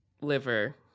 Liver